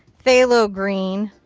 phthalo green,